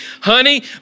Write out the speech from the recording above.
Honey